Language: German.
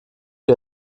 wie